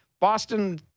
Boston